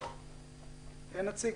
אין נציג.